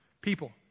People